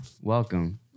Welcome